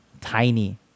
tiny